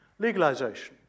Legalisation